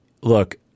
look